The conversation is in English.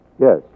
Yes